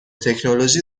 تکنولوژی